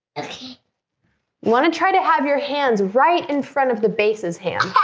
okay want to try to have your hands right in front of the bases hands